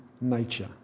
nature